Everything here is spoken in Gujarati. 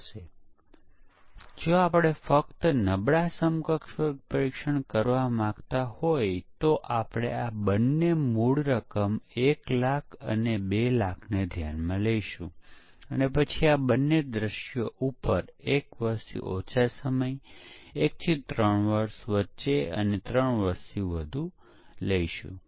હવે પરીક્ષકોને વિવિધ પરીક્ષણ તકનીકોનું સારું જ્ઞાન હોવું જરૂરી છે અને તેમાંના મોટી સંખ્યામાં આપણે આગળના સત્રોમાં જોશું અને અમુક સ્વચાલિત સાધનો ઉપલબ્ધ છે જેમાં પણ પરીક્ષકોએ નિપુણતા વિકસાવવી આવશ્યક છે